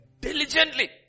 diligently